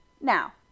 now